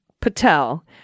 Patel